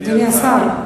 אדוני השר,